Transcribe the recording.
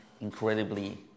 incredibly